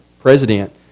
president